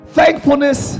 thankfulness